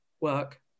work